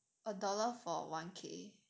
a dollar for one K